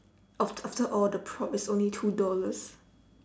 aft~ after all the prop is only two dollars